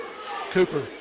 Cooper